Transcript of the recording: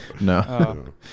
no